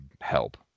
help